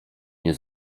nie